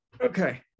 Okay